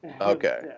Okay